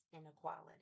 inequality